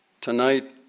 tonight